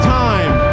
time